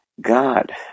God